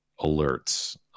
alerts